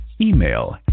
email